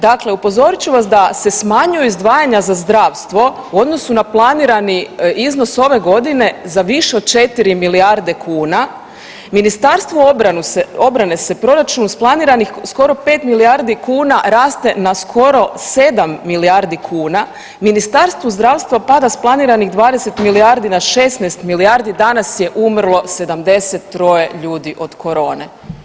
Dakle, upozorit ću vas da se smanjuju izdvajanja na zdravstvo u odnosu na planirani iznos ove godine za više od 4 milijarde kuna, Ministarstvu obrane se proračun isplaniranih skoro 5 milijardi kuna raste na skoro 7 milijardi kuna, Ministarstvu zdravstva pada s planiranih 20 milijardi na 16 milijardi, danas je umrlo 73 ljudi od korone.